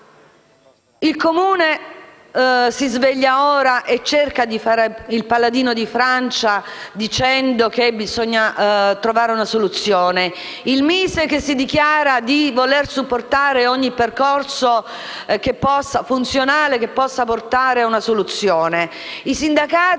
Il Comune si sveglia ora e cerca di fare il paladino di Francia, dicendo che bisogna trovare una soluzione, mentre il MISE dichiara di voler supportare ogni percorso che possa portare a una soluzione.